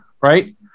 right